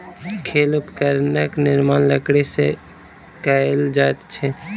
खेल उपकरणक निर्माण लकड़ी से कएल जाइत अछि